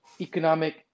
economic